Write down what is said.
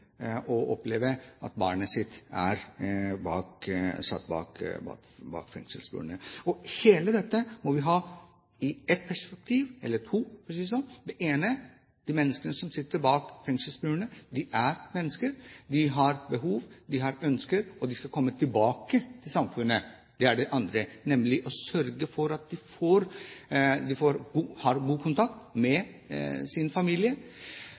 at barnet er satt bak fengselsmurene. Og alt dette må vi se i to perspektiv. Det ene er de menneskene som sitter bak fengselsmurene. De er mennesker, de har behov, de har ønsker, og de skal komme tilbake til samfunnet. Det er det andre, nemlig å sørge for at de får ha god kontakt med sin familie.